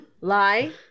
lie